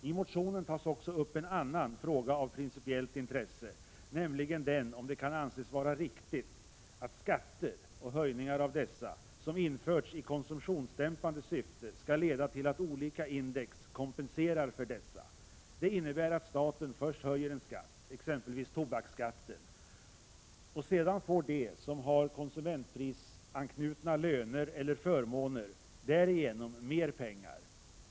I motionen tas också upp en annan fråga av principiellt intresse, nämligen den om det kan anses vara riktigt att skatter — och höjningar av dessa — som införts i konsumtionsdämpande syfte skall leda till att olika index kompenserar för dessa. Det innebär att staten först höjer en skatt — exempelvis tobaksskatten — och sedan får de som har konsumentprisindexanknutna löner eller fömåner därigenom mer pengar.